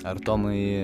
ar tomai